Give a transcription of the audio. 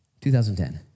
2010